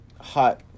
hot